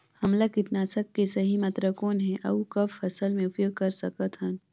हमला कीटनाशक के सही मात्रा कौन हे अउ कब फसल मे उपयोग कर सकत हन?